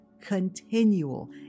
continual